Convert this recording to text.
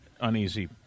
uneasy